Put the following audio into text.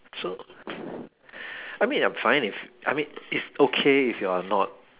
so I mean I'm fine if I mean it's okay if you're not